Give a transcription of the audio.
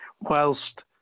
whilst